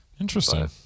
interesting